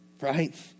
Right